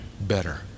better